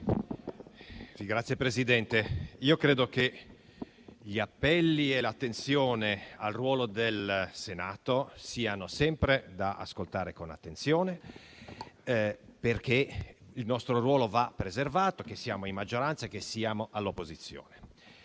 Signor Presidente, credo che gli appelli al rispetto del ruolo del Senato siano sempre da ascoltare con attenzione, perché il nostro ruolo va preservato, sia che siamo in maggioranza, sia che siamo all'opposizione.